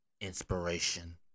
inspiration